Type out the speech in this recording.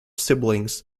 siblings